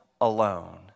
alone